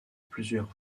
plusieurs